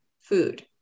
food